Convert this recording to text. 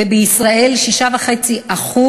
ובישראל 6.5%,